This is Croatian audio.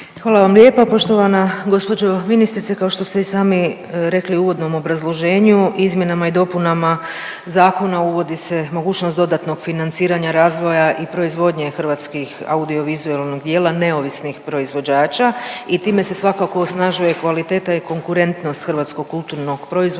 Hvala vam lijepa. Poštovana gospođo ministrice kao što ste i sami rekli u uvodnom obrazloženju izmjenama i dopunama zakona uvodi se mogućnost dodatnog financiranja razvoja i proizvodnje hrvatskih audio vizualnog dijela neovisnih proizvođača i time se svakako osnažuje kvaliteta i konkurentnost hrvatskog kulturnog proizvoda,